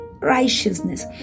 Righteousness